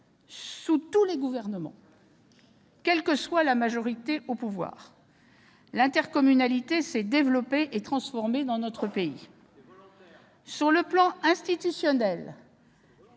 sous tous les gouvernements, quelle que soit la majorité au pouvoir, l'intercommunalité s'est développée et transformée. Mais c'était de manière volontaire ! Sur le plan institutionnel,